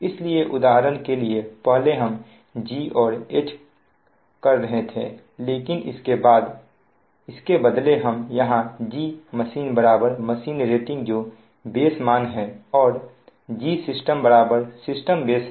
इसलिए उदाहरण के लिए पहले हम G और H कर रहे थे लेकिन इसके बदले हम यहां Gmachine मशीन रेटिंग जो बेस मान है और Gsystem सिस्टम बेस है